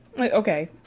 Okay